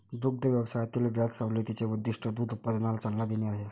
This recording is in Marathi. दुग्ध व्यवसायातील व्याज सवलतीचे उद्दीष्ट दूध उत्पादनाला चालना देणे आहे